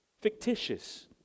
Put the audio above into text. fictitious